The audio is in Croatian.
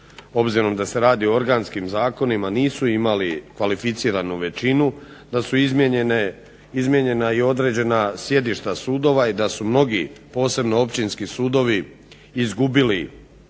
obzirom da se radi o organskim zakonima, koji nisu imali kvalificiranu većinu da su izmijenjena i određena sjedišta sudova i da su mnogi posebno općinski sudovi izgubili